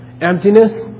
Emptiness